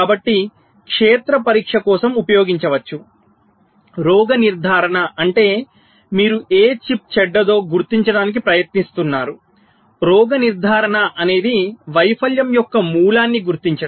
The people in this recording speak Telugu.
కాబట్టి క్షేత్ర పరీక్ష కోసం ఉపయోగించవచ్చు రోగ నిర్ధారణ అంటే మీరు ఏ చిప్ చెడ్డదో గుర్తించడానికి ప్రయత్నిస్తున్నారు రోగ నిర్ధారణ అనేది వైఫల్యం యొక్క మూలాన్ని గుర్తించడం